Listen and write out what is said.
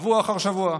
שבוע אחר שבוע.